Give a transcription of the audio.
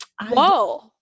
whoa